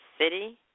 city